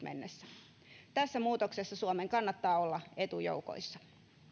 mennessä tässä muutoksessa suomen kannattaa olla etujoukoissa